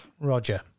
Roger